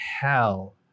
hell